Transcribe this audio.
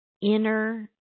inner